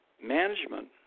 management